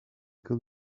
good